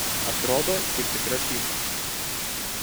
atrodo kaip tikra fyfa